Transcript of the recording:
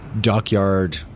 Dockyard